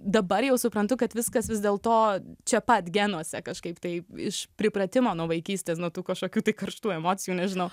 dabar jau suprantu kad viskas vis dėl to čia pat genuose kažkaip taip iš pripratimo nuo vaikystės nuo tų kažkokių tai karštų emocijų nežinau